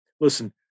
listen